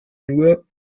nur